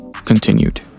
continued